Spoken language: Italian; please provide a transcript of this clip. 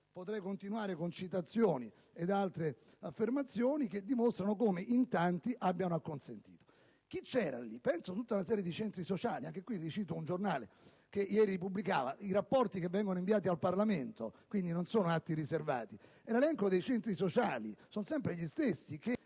potrei continuare con citazioni di altre affermazioni che dimostrano come in tanti abbiano aderito. Chi era presente lì? Penso a tutta una serie di centri sociali. Cito ancora un giornale che ieri pubblicava i rapporti inviati al Parlamento, che non sono atti riservati: è l'elenco dei centri sociali. Sono sempre gli stessi che